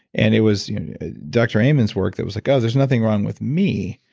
and it was dr. amen's work that was like, oh there's nothing wrong with me.